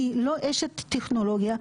אני לא אשת טכנולוגיה,